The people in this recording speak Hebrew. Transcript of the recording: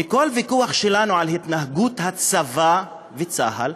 בכל ויכוח שלנו על התנהגות הצבא וצה"ל,